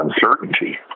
uncertainty